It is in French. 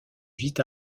vite